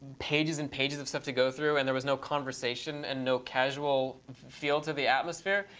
pages and pages of stuff to go through and there was no conversation and no casual feel to the atmosphere,